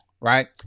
right